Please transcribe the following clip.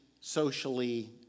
socially